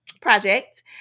project